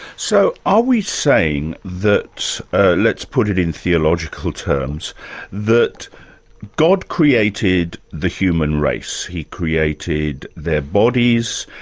so are we saying that let's put it in theological terms that god created the human race he created their bodies,